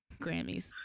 Grammys